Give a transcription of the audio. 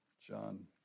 John